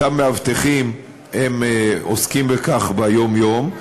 אותם מאבטחים עוסקים בכך ביום-יום,